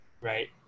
right